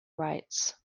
rights